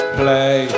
play